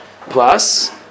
plus